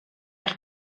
eich